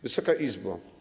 Wysoka Izbo!